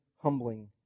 humbling